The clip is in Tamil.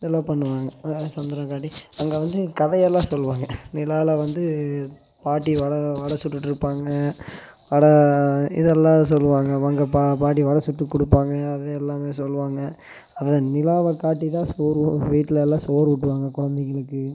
இதெல்லாம் பண்ணுவாங்க சந்திரனைக் காட்டி அங்கே வந்து கதையெல்லாம் சொல்வாங்க நிலாவை வந்து பாட்டி வடை வடை சுட்டுட்டு இருப்பாங்க வடை இதெல்லாம் சொல்வாங்க அங்கே பாட்டி வடை சுட்டுக் கொடுப்பாங்க அது எல்லாமே சொல்வாங்க அப்புறம் நிலாவை காட்டிதான் சோறு வீட்டில் எல்லாம் சோறு ஊட்டுவாங்க குழந்தைகளுக்கு